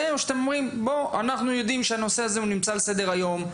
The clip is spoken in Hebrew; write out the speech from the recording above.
או שאתם אומרים :אנחנו יודעים שהנושא הזה נמצא על סדר-היום,